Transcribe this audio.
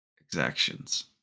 exactions